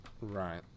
Right